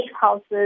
houses